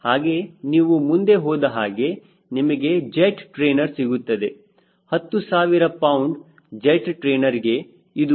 ಹಾಗೆ ನೀವು ಮುಂದೆ ಹೋದ ಹಾಗೆ ನಿಮಗೆ ಜೆಟ್ ಟ್ರೈನರ್ ಸಿಗುತ್ತದೆ 10 ಸಾವಿರ ಪೌಂಡ್ ಜೆಟ್ ಟ್ರೈನರ್ಗೆ ಇದು 0